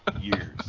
years